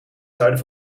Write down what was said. zuiden